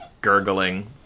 gurgling